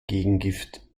gegengift